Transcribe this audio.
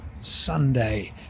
Sunday